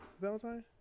Valentine